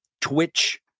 Twitch